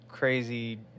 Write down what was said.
crazy